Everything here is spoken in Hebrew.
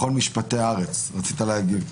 מכון משפטי ארץ, רצית להגיב.